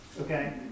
Okay